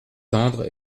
tendre